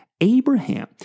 Abraham